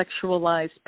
sexualized